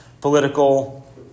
political